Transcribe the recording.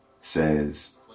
says